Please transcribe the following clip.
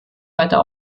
weiter